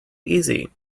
easy